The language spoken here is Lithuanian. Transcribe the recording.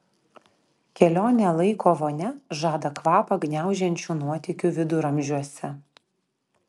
kelionė laiko vonia žada kvapą gniaužiančių nuotykių viduramžiuose